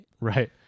Right